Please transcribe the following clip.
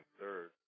Third